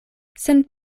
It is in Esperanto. sen